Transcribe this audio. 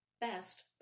Best